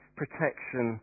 protection